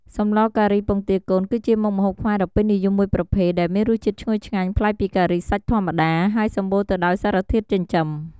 សម្លការីពងទាកូន គឺជាមុខម្ហូបខ្មែរដ៏ពេញនិយមមួយប្រភេទ ដែលមានរសជាតិឈ្ងុយឆ្ងាញ់ ប្លែកពីការីសាច់ធម្មតា ហើយសម្បូរទៅដោយសារធាតុចិញ្ចឹម។